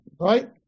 Right